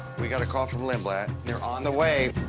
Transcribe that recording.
we got a call from lindblad. they are on the way.